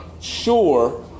sure